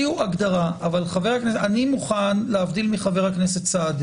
אני מוכן, להבדיל מחבר הכנסת סעדי